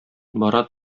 бара